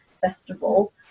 Festival